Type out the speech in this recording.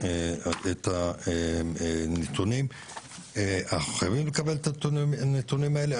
אנחנו חייבים לקבל את הנתונים האלה.